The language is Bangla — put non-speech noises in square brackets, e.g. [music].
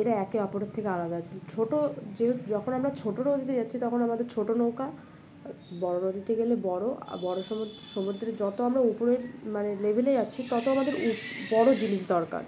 এরা একে অপরের থেকে আলাদা ছোটো যখন আমরা ছোটো নদীতে যাচ্ছি তখন আমাদের ছোটো নৌকা বড় নদীতে গেলে বড় বড় সমুদ্রে যত আমরা উপরের মানে লেভেলে যাচ্ছি তত আমাদের [unintelligible] বড় জিনিস দরকার